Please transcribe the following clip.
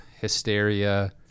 hysteria